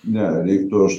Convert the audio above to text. ne reiktų aš